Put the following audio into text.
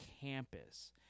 campus